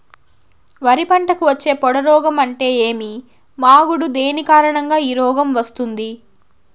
వరి పంటకు వచ్చే పొడ రోగం అంటే ఏమి? మాగుడు దేని కారణంగా ఈ రోగం వస్తుంది?